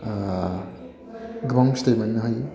गोबां फिथाइ मोननो हायो